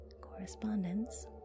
Correspondence